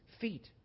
feet